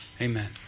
amen